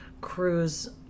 cruise